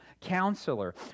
Counselor